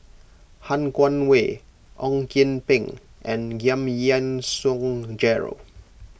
Han Guangwei Ong Kian Peng and Giam Yean Song Gerald